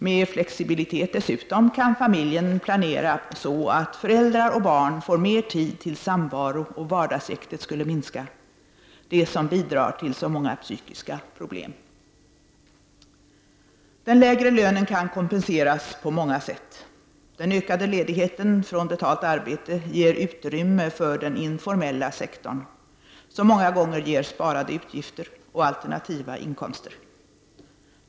Med flexibilitet kan dessutom familjen planera så att föräldrar och barn får mer tid till samvaro och vardagsjäktet minskar — det som bidrar till så många psykiska problem. Den lägre lönen kan kompenseras på många sätt. Den ökade ledigheten från betalt arbete ger utrymme för den informella sektorn, som många gånger ger sparade utgifter och alternativa inkomster.